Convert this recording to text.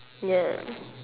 ya